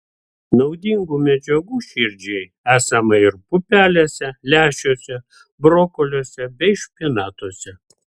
naudingų medžiagų širdžiai esama ir pupelėse lęšiuose brokoliuose bei špinatuose